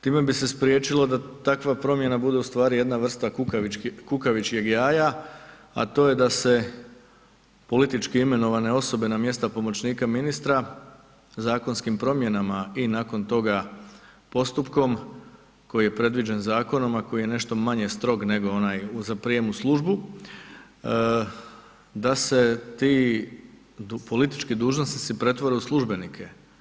Time bi se spriječilo da takva promjena bude ustvari jedna vrsta kukavičjeg jaja a to je da se politički imenovane osobe na mjesta pomoćnika ministra zakonskim promjenama i nakon toga postupkom koji je predviđen zakonom a koji je nešto manje strog nego onaj za prijem u službu da se ti politički dužnosnici pretvore u službenike.